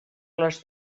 les